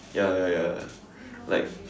ya ya ya like